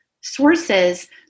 sources